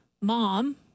mom